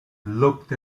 looked